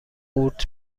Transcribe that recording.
قورت